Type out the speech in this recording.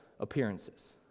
appearances